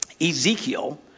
Ezekiel